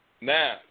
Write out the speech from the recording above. now